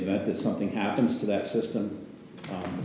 event that something happens to that system